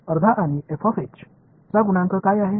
अर्धा आणि चा गुणांक काय आहे